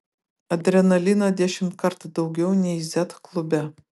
adrenalino dešimtkart daugiau nei z klube